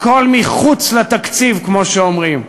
הכול מחוץ לתקציב, כמו שאומרים,